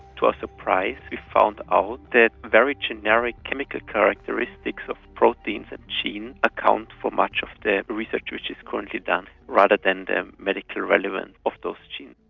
to our surprise we found out that very generic chemical characteristics of proteins and genes account for much of the research which is currently done rather than the medical relevance of those genes.